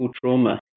trauma